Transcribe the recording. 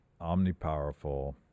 omnipowerful